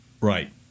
Right